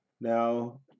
Now